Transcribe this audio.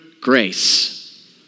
grace